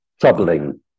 troubling